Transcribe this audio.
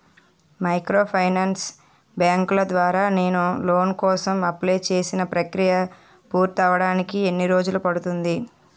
Microfinance బ్యాంకుల ద్వారా నేను లోన్ కోసం అప్లయ్ చేసిన ప్రక్రియ పూర్తవడానికి ఎన్ని రోజులు పడుతుంది?